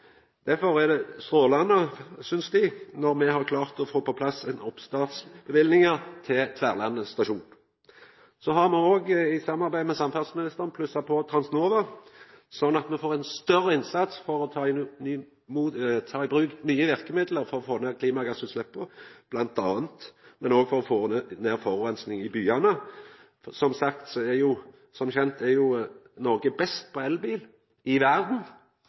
Derfor er det strålande, synest dei, at me har klart å få på plass oppstartsløyvingar til Tverlandet stasjon. Me har òg i samarbeid med samferdselsministeren plussa på til Transnova, sånn at me får ein større innsats for å ta i bruk nye verkemiddel for bl.a. å få ned klimagassutsleppa, men òg for å få ned forureininga i byane. Som kjent er Noreg best på elbil i